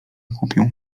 kupił